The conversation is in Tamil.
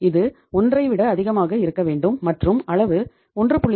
இது 1 ஐ விட அதிகமாக இருக்க வேண்டும் மற்றும் அளவு 1